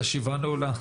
הישיבה נעולה.